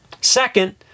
Second